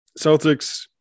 Celtics